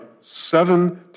seven